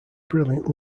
brilliant